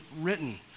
written